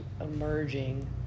emerging